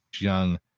young